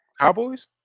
Cowboys